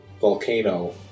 Volcano